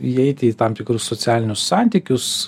įeiti į tam tikrus socialinius santykius